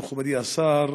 מכובדי השר,